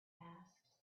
asked